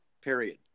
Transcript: period